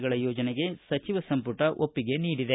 ಗಳ ಯೋಜನೆಗೆ ಸಚಿವ ಸಂಪುಟ ಒಪ್ಪಿಗೆ ನೀಡಿದೆ